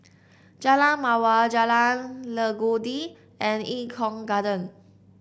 Jalan Mawar Jalan Legundi and Eng Kong Garden